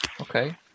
Okay